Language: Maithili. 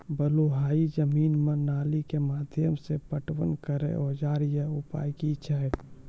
बलूआही जमीन मे नाली के माध्यम से पटवन करै औजार या उपाय की छै?